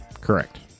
Correct